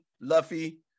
luffy